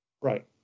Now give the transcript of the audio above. right